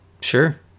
Sure